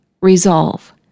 resolve